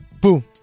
Boom